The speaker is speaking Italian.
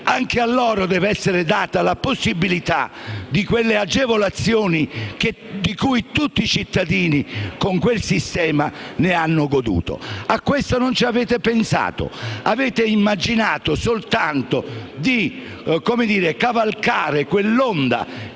Anche a loro deve essere data la possibilità di usufruire di quelle agevolazioni di cui tutti i cittadini, con quel sistema, hanno goduto. A questo non ci avete pensato. Avete immaginato soltanto di cavalcare l'onda